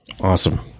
awesome